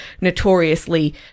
notoriously